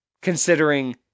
considering